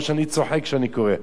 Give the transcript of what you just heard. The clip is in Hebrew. או שאני צוחק כשאני קורא.